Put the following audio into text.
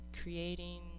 creating